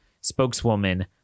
spokeswoman